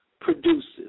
produces